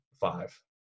five